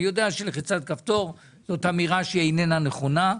אני יודע שלחיצת כפתור זו אמירה שהיא איננה נכונה,